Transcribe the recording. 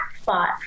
spot